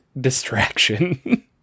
distraction